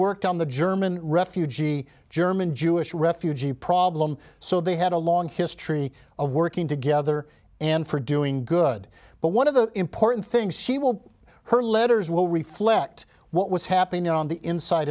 worked on the german refugee german jewish refugee problem so they had a long history of working together and for doing good but one of the important things she will her letters will reflect what was happening on the inside